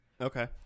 Okay